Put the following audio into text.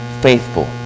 faithful